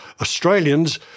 Australians